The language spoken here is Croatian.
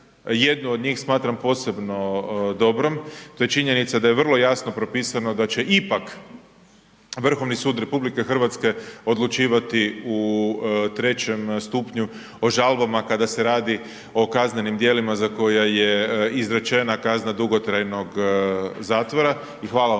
jednu od njih smatram posebno dobrom, to je činjenica da je vrlo jasno propisano da će ipak Vrhovni sud RH odlučivati u trećem stupnju o žalbama kada se radi o kaznenim djelima za koje je izrečena kazna dugotrajnog zatvora i hvala vam